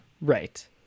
Right